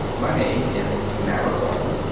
my name is mara gordon.